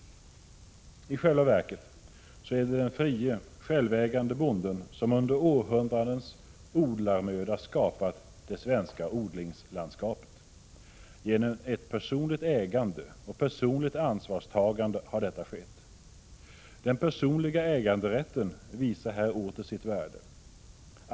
26 november 1986 I själva verket är det den frie, självägande bonden som under århundra Enl hushållni dens odlarmöda skapat det svenska odlingslandskapet. Genom ett personligt Ka SS ägande och personligt ansvarstagande har detta skett. Den personliga nom äganderätten visar här åter sitt värde.